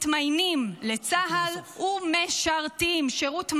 מתמיינים לצה"ל, ומשרתים שירות מלא,